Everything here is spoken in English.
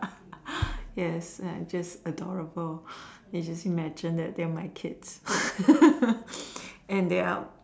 yes they are just adorable you just imagine that they're my kids and they are